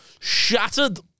shattered